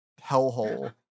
hellhole